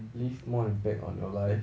leave more impact on your life